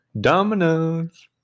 Dominoes